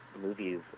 movies